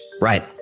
Right